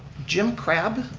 jim crab,